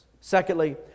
Secondly